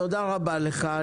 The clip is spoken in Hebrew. תודה רבה לך,